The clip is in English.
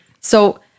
So-